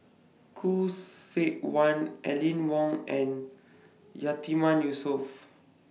Khoo Seok Wan Aline Wong and Yatiman Yusof